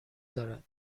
دارد